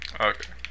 Okay